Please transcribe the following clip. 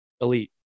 elite